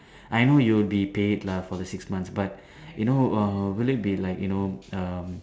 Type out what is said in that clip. I know you will be paid lah for the six months but you know uh will it be like you know um